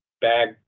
bag